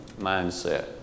mindset